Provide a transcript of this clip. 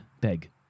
beg